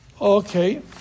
Okay